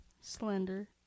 Slender